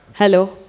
Hello